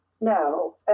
No